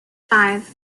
five